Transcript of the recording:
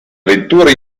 vettura